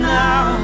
now